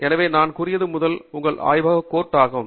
எனவே நான் கூறியது முதல் உங்கள் ஆய்வகக் கோட் ஆகும்